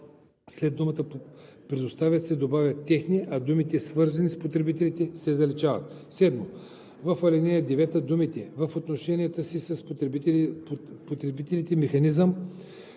след думата „предоставят“ се добавя „техни“, а думите „свързани с потребителите“ се заличават. 7. В ал. 9 думите „в отношенията си с потребителите механизъм,